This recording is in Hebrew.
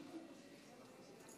גברתי היושבת-ראש, חברי